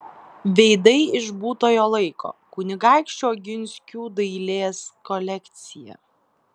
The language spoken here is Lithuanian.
veidai iš būtojo laiko kunigaikščių oginskių dailės kolekcija